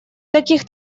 таких